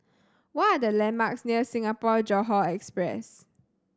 what are the landmarks near Singapore Johore Express